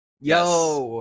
Yes